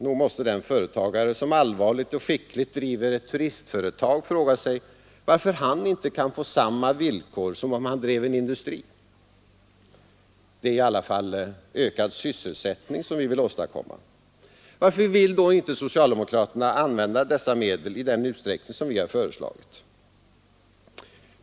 Nog måste den företagare som allvarligt och skickligt driver ett turistföretag fråga sig, varför han inte kan få samma villkor som om han drev en industri. Det är väl i alla fall ökad sysselsättning som vi vill åstadkomma? Varför vill då inte socialdemokraterna använda dessa medel i den utsträckning som vi har föreslagit?